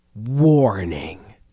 Warning